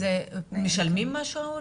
משלמים משהו ההורים?